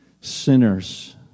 Sinners